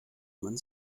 man